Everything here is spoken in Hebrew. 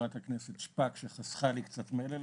ולחברת הכנסת שפק, שחסכה לי קצת מלל היום.